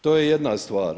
To je jedna stvar.